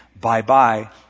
bye-bye